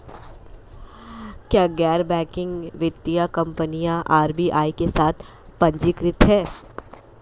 क्या गैर बैंकिंग वित्तीय कंपनियां आर.बी.आई के साथ पंजीकृत हैं?